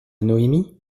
noémie